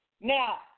Now